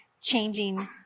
changing